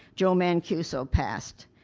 joe mancuso passed,